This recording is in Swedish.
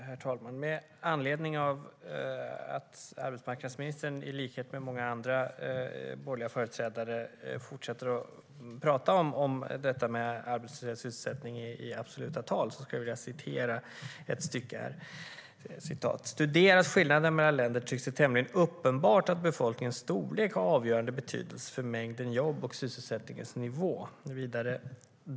Herr talman! Med anledning av att arbetsmarknadsministern i likhet med många andra borgerliga företrädare fortsätter att tala om detta med arbetslöshet och sysselsättning i absoluta tal skulle jag vilja citera ett stycke. "Studeras skillnader mellan länder tycks det tämligen uppenbart att befolkningens storlek har avgörande betydelse för mängden jobb och sysselsättningens nivå.